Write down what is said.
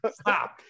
Stop